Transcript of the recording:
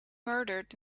murdered